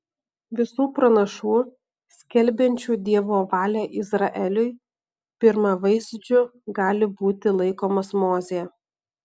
visų pranašų skelbiančių dievo valią izraeliui pirmavaizdžiu gali būti laikomas mozė